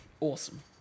awesome